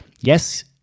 yes